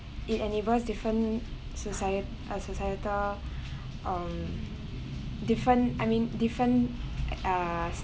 it enables different socie~ a societal um different I mean different uh